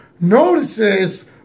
notices